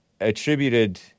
attributed